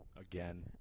Again